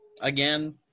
Again